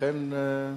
לכן,